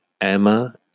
Emma